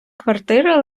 квартира